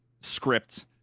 script